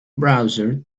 browser